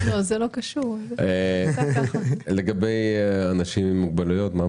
מה מצבנו לגבי אנשים עם מוגבלויות?